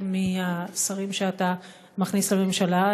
מהשרים שאתה מכניס לממשלה,